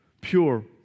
pure